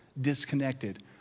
disconnected